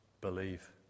believe